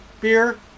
beer